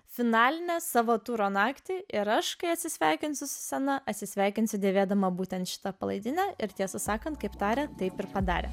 finalinę savo turo naktį ir aš kai atsisveikinsiu su scena atsisveikinsiu dėvėdama būtent šitą palaidinę ir tiesą sakant kaip tarė taip ir padarė